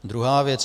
Druhá věc.